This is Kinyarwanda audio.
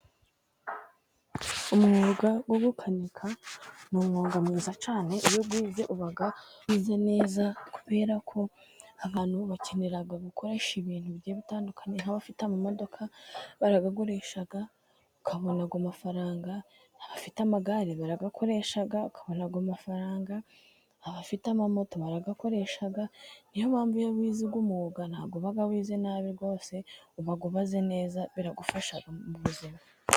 Umwuga wo gukanika ni umwuga mwiza cyane, iyo uwize uba wize neza, kubera ko abantu bakenera gukoresha ibintu bigiye bitandukanye, aho abafite amamodoka barayakoresha ukabona ayo mafaranga, abafite amagare barayakoresha ukabona ayo amafaranga, abafite amamoto bararayakoresha, niyo mpamvu iyo wize uyu mwuga ntabwo uba wize nabi rwose, uba ubaze neza biragufasha mu buzima.